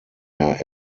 der